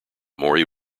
maury